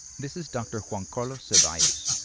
this is dr. juan carlos zevallos.